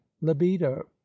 libido